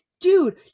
dude